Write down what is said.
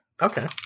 okay